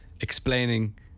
explaining